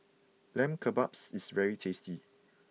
Lamb Kebabs is very tasty